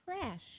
trash